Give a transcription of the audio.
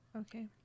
okay